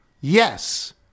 yes